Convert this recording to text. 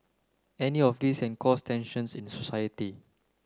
any of these can cause tensions in society